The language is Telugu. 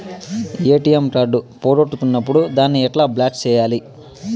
ఎ.టి.ఎం కార్డు పోగొట్టుకున్నప్పుడు దాన్ని ఎట్లా బ్లాక్ సేయాలి